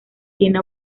tiene